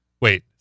Wait